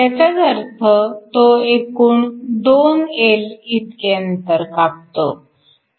ह्याचाच अर्थ तो एकूण 2 L इतके अंतर कापतो